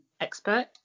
Expert